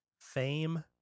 Fame